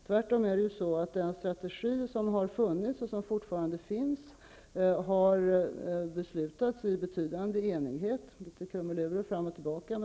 Tvärtom har den strategi som funnits och som fortfarande finns beslutats i betydande enighet -- om än med litet krumelurer fram och tillbaka.